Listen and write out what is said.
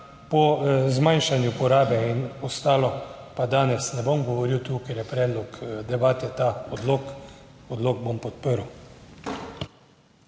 po zmanjšanju porabe in ostalo pa danes ne bom govoril tu, ker je predlog debate ta odlok. Odlok bom podprl.